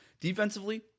Defensively